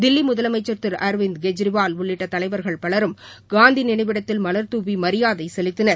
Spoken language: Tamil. தில்லி முதலமைச்சா் திரு அரவிந்த் கெஜ்ரிவால் உள்ளிட்ட தலைவர்கள் பலரும் காந்தி நினைவிடத்தில் மலர் தூவி மரியாதை செலுத்தினர்